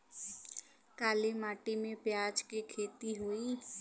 काली माटी में प्याज के खेती होई?